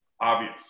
obvious